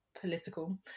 political